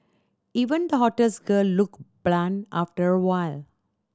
even the hottest girl looked bland after awhile